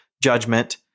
judgment